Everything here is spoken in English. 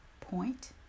Point